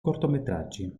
cortometraggi